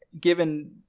given